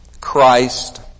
Christ